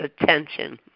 attention